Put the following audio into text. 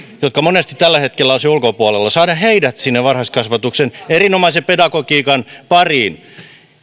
jotka monesti tällä hetkellä ovat sen ulkopuolella sinne varhaiskasvatuksen erinomaisen pedagogiikan pariin